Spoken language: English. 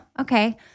okay